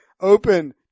open